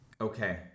Okay